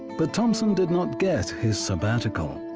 but, thompson did not get his sabbatical.